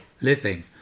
Living